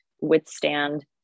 withstand